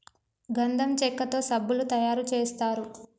గంధం చెక్కతో సబ్బులు తయారు చేస్తారు